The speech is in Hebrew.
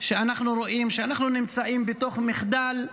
שאנחנו רואים שאנחנו נמצאים בתוך מחדל,